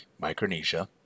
Micronesia